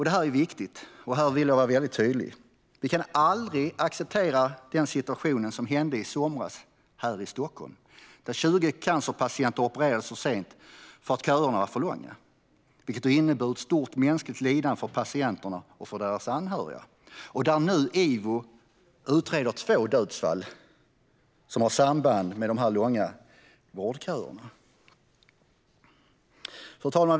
Det här är viktigt, och här vill jag vara väldigt tydlig: Vi kan aldrig acceptera den situation som rådde i somras här i Stockholm, där 20 cancerpatienter opererades för sent för att köerna var för långa. Detta har inneburit ett stort mänskligt lidande för patienterna och för deras anhöriga. IVO utreder nu två dödsfall som har samband med de långa vårdköerna. Fru talman!